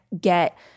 get